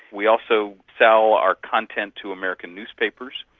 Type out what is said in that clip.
we also sell our content to american newspapers.